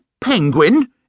Penguin